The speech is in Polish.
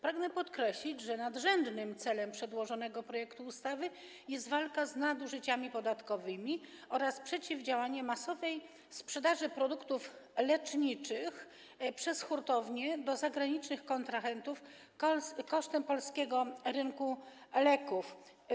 Pragnę podkreślić, że nadrzędnym celem przedłożonego projektu ustawy jest walka z nadużyciami podatkowymi oraz przeciwdziałanie masowej sprzedaży produktów leczniczych przez hurtownie do zagranicznych kontrahentów kosztem polskiego rynku leków.